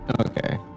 okay